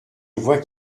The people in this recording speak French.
vois